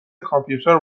کامپیوتر